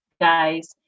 guys